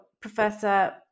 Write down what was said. Professor